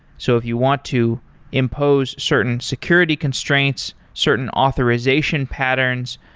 so if you want to impose certain security constraints, certain authorization patterns,